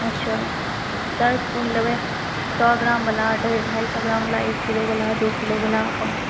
अच्छा सर्फ़ क़ोन लेबै सए ग्रामवला ढाई सए ग्रामवला एक किलोवला दू किलोवला पाँच